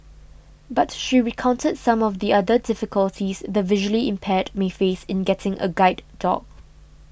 but she recounted some of the other difficulties the visually impaired may face in getting a guide dog